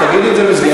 אז תגידי את זה במסגרת,